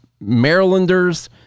Marylanders